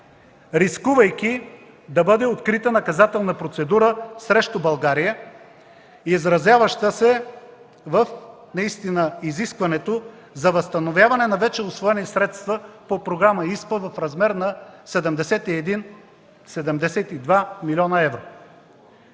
рискувайки да бъде открита наказателна процедура срещу България, изразяваща се в изискването за възстановяване на вече усвоени средства по Програма ИСПА в размер на 71-72 млн. евро.